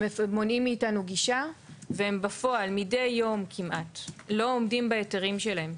הם מונעים מאיתנו גישה והם בפועל מידי יום כמעט לא עומדים בהיתרים שלהם.